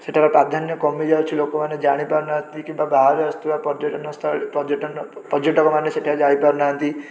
ସେଠାର ପ୍ରାଧାନ୍ୟ କମିଯାଉଛି ଲୋକମାନେ ଜାଣିପାରୁ ନାହାନ୍ତି କିବା ବାହାରୁ ଆସୁଥିବା ପର୍ଯ୍ୟଟନସ୍ଥଳୀ ପର୍ଯ୍ୟଟନ ପର୍ଯ୍ୟଟକମାନେ ସେଠାରେ ଯାଇପାରୁନାହାନ୍ତି